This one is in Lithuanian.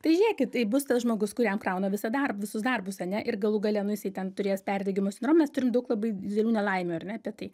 tai žėkit tai bus tas žmogus kuriam krauna visą dar visus darbus ane ir galų gale nu jisai ten turės perdegimo sindromą mes turim daug labai didelių nelaimių ar ne apie tai